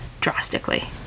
drastically